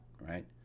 right